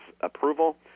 approval